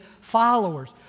followers